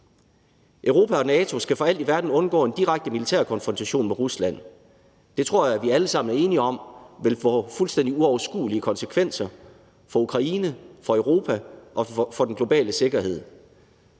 Europa og NATO skal for alt i verden undgå en direkte militær konfrontation med Rusland. Det tror jeg vi alle sammen er enige om vil få fuldstændig uoverskuelige konsekvenser for Ukraine, for Europa og for den globale sikkerhed.